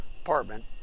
apartment